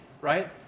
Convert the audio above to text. right